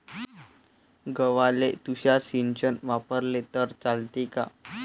गव्हाले तुषार सिंचन वापरले तर चालते का?